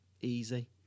easy